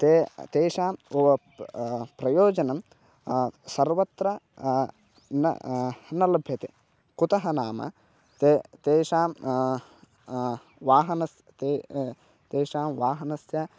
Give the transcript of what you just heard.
ते तेषां ओप् प्रयोजनं सर्वत्र न न लभ्यते कुतः नाम ते तेषां वाहनस्य ते तेषां वाहनस्य